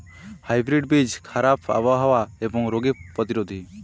hybrid বীজ খারাপ আবহাওয়া এবং রোগে প্রতিরোধী